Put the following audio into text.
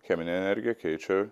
cheminė energija keičia